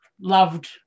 loved